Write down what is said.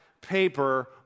paper